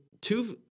two